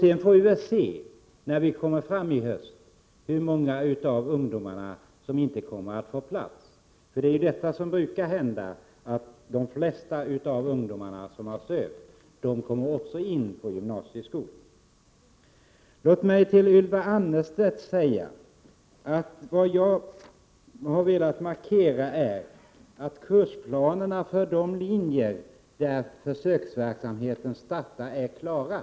Sedan får vi väl se i höst hur många ungdomar som inte kommer att få plats. Men det brukar ändå vara så att de flesta ungdomar som sökt kommer in på gymnasieskolan. Till Ylva Annerstedt vill jag säga: Vad jag har velat markera är att kursplanerna för de linjer där försöksverksamhet startar är klara.